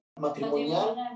matrimonial